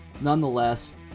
nonetheless